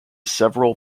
several